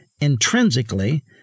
intrinsically